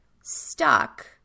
stuck